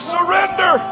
Surrender